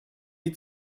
die